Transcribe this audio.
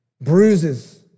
Bruises